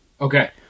Okay